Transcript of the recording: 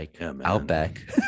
Outback